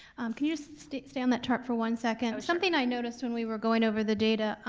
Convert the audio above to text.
can you so stay stay on that chart for one second? something i noticed when we were going over the data,